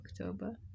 October